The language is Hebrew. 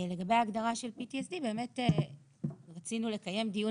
לגבי ההגדרה של PTSD רצינו לקיים דיון